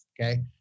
Okay